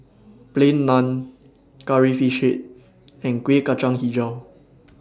Plain Naan Curry Fish Head and Kueh Kacang Hijau